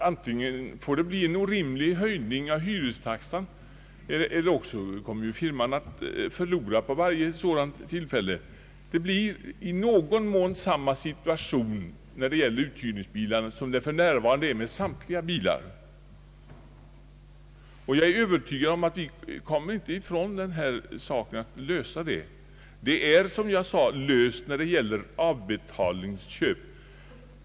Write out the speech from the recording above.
Antingen får det bli en orimlig höjning av hyrestaxan, eller också kommer firman att förlora vid varje sådant tillfälle. Det blir i någon mån samma situation när det gäller uthyrningsbilar som det för närvarande är i fråga om samtliga bilar. Jag är övertygad om att vi inte kommer ifrån att lösa denna fråga. Den är som jag sade löst när det gäller avbetalningsköp.